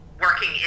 working